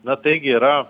na taigi yra